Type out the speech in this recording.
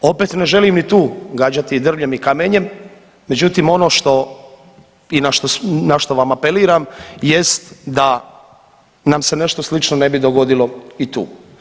Opet ne želim ni tu gađati drvljem i kamenjem, međutim ono što i na što vam apeliram jest da nam se nešto slično ne bi dogodilo i tu.